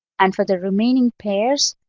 and for the remaining pairs,